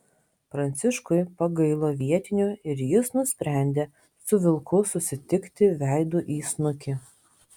pranciškui pagailo vietinių ir jis nusprendė su vilku susitikti veidu į snukį